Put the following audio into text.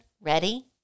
Ready